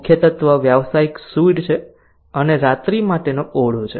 મુખ્ય તત્વ વ્યવસાયિક સુઈટ છે અને રાત્રિ માટેનો ઓરડો છે